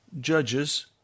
Judges